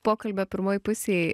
pokalbio pirmoj pusėj